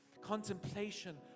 contemplation